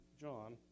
John